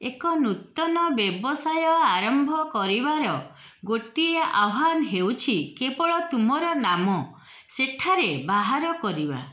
ଏକ ନୂତନ ବ୍ୟବସାୟ ଆରମ୍ଭ କରିବାର ଗୋଟିଏ ଆହ୍ୱାନ ହେଉଛି କେବଳ ତୁମର ନାମ ସେଠାରେ ବାହାର କରିବା